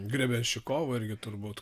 grebenščikovo irgi turbūt